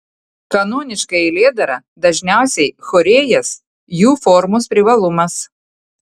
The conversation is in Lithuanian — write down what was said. kanoniška eilėdara dažniausiai chorėjas jų formos privalumas